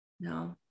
no